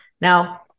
Now